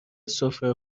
سفره